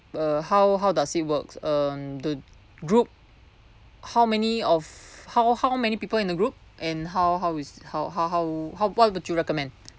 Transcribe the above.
uh how how does it works um the group how many of how how many people in the group and how how is how how how how what would you recommend